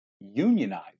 unionized